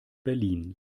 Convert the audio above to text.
berlin